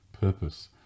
purpose